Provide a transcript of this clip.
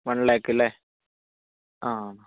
one lakh അല്ലെ ആ